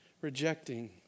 rejecting